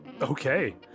Okay